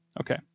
Okay